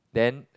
then